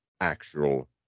actual